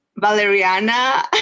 Valeriana